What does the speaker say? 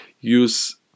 use